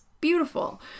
beautiful